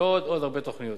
ועוד הרבה תוכניות.